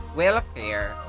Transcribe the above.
welfare